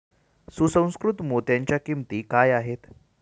सुसंस्कृत मोत्यांच्या किंमती काय आहेत